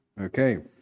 Okay